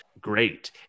great